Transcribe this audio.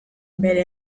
bere